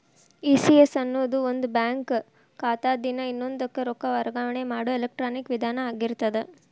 ECS ಅನ್ನೊದು ಒಂದ bank ಖಾತಾದಿನ್ದ ಇನ್ನೊಂದಕ್ಕ ರೊಕ್ಕ ವರ್ಗಾವಣೆ ಮಾಡೊ ಎಲೆಕ್ಟ್ರಾನಿಕ್ ವಿಧಾನ ಆಗಿರ್ತದ